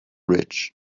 ridge